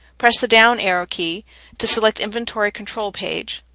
press the down arrow key to select inventory-control page.